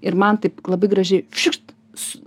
ir man taip labai gražiai šikšt